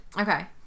okay